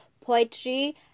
poetry